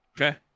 Okay